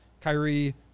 Kyrie